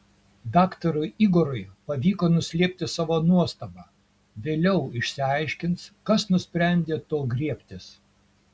daktarui igorui pavyko nuslėpti savo nuostabą vėliau išsiaiškins kas nusprendė to griebtis